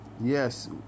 Yes